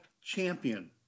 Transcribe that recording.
champion